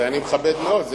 זה, אני מכבד מאוד.